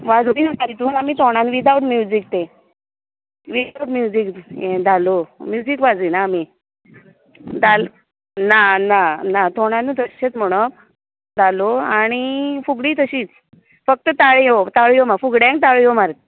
वाजोवपी म्हण्टा नूं तूं आमीं तोणां वीदआऊट म्युजीक तें वीदआऊट म्युजीक ये धालो म्युजीक वाजयना आमीं धाल ना ना ना तोणानूत अशी म्हणप धालो आनी फुगडीय तशींच फक्त ताळयो ताळयो मा फुगड्यांक ताळयो मार